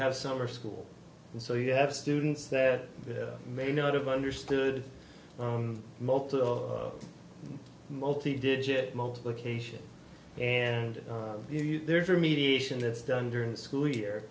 have summer school and so you have students that may not have understood multiple multi digit multiplication and there are mediation that's done during the school year